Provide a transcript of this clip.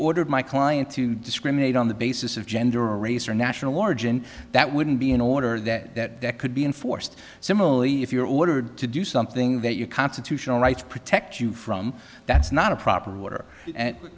ordered my client to discriminate on the basis of gender race or national origin that wouldn't be an order that could be enforced similarly if you were ordered to do something that your constitutional rights protect you from that's not a proper order and